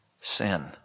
Sin